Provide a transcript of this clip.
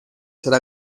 será